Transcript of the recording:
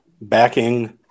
backing